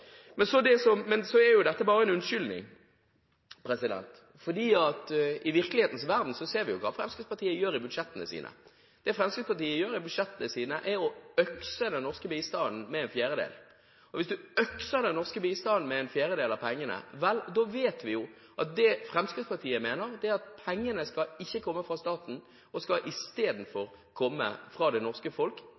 Men så er jo dette bare en unnskyldning, for i virkelighetens verden ser vi hva Fremskrittspartiet gjør i budsjettene sine. Det Fremskrittspartiet gjør i budsjettene sine, er å økse den norske bistanden med en fjerdedel. Og hvis du økser den norske bistanden med en fjerdedel av pengene, vet vi jo at det Fremskrittspartiet mener, er at pengene ikke skal komme fra staten, men isteden skal komme fra det norske folk